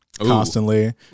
constantly